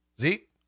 Zeke